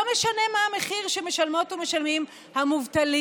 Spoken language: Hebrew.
לא משנה מה המחיר שמשלמות ומשלמים המובטלים,